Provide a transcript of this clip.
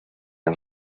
han